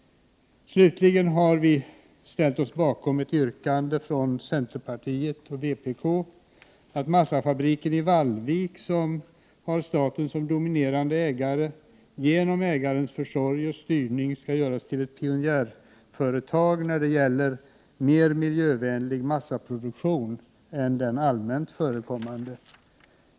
Slutligen har vi ställt oss bakom ett yrkande från centerpartiet och vpk om att massafabriken i Vallvik, som har staten som dominerande ägare, genom ägarens försorg och styrning skall göras till ett pionjärföretag när det gäller mer miljövänlig massaproduktion än den allmänt förekommande.